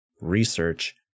research